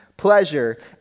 pleasure